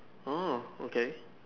oh okay